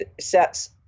sets